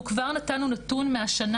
אנחנו כבר נתנו נתון מהשנה,